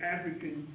African